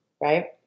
right